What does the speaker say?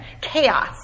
chaos